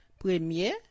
Premier